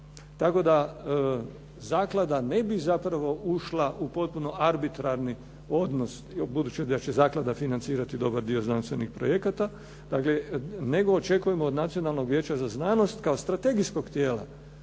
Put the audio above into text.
tako da zaklada ne bi zapravo ušla u potpuno arbitrarni odnos, budući da će zaklada financirati dobar dio znanstvenih projekata, dakle nego očekujemo od Nacionalnog vijeća za znanost kao strategijskog tijela